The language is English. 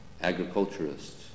Agriculturists